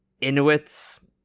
Inuits